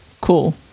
Cool